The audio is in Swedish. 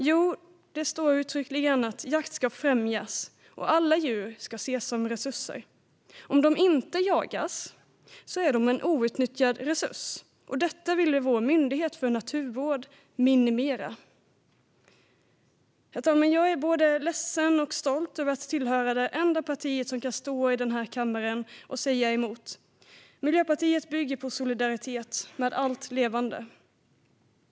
Jo, det står uttryckligen att jakt ska främjas och att alla djur ska ses som resurser. Om de inte jagas är de en outnyttjad resurs. Detta vill vår myndighet för naturvård minimera. Herr talman! Jag är både ledsen och stolt över att tillhöra det enda parti som kan stå i denna kammare och säga emot. Miljöpartiet bygger på solidaritet med allt levande.